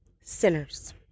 sinners